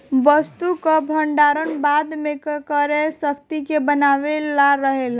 वस्तु कअ भण्डारण बाद में क्रय शक्ति के बनवले रहेला